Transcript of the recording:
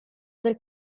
del